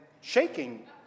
shaking